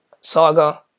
Saga